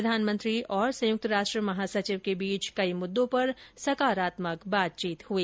प्रधानमंत्री और संयुक्त राष्ट्र महासचिव के बीच कई मुद्दों पर सकारात्मक बातचीत हुई